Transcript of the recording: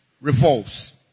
revolves